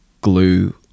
glue